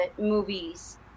movies